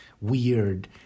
weird